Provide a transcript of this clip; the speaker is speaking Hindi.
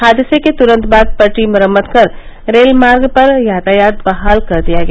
हादसे के तुरंत बाद पटरी मरम्मत कर रेलमार्ग पर यातायात बहाल कर दिया गया